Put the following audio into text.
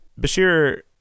Bashir